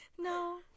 No